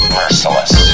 merciless